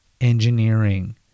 engineering